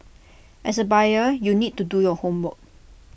as A buyer you need to do your homework